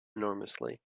enormously